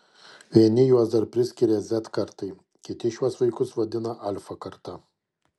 vieni juos dar priskiria z kartai kiti šiuos vaikus vadina alfa karta